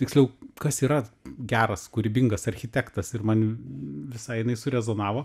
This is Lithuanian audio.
tiksliau kas yra geras kūrybingas architektas ir man visai jinai surezonavo